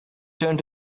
turned